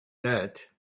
that